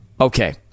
Okay